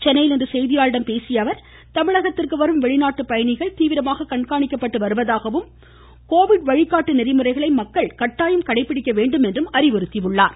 சென்னையில் இன்று செய்தியாளர்களிடம் பேசிய அவர் தமிழகத்திற்கு வரும் வெளிநாட்டு பயணிகள் தீவிரமாக கண்காணிக்கப்பட்டு வருவதாகவும் கொரோனா வழிகாட்டு நெறிமுறைகளை மக்கள் கட்டாயம் கடைபிடிக்க வேண்டும் எனவும் அறிவுறுத்தினார்